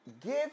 Give